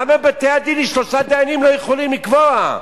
למה בתי-הדין עם שלושה דיינים לא יכולים לקבוע?